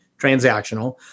transactional